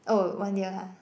oh one year ah